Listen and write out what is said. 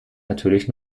natürlich